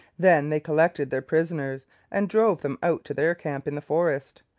then they collected their prisoners and drove them out to their camp in the forest.